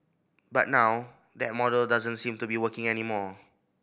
but now that model doesn't seem to be working anymore